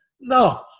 no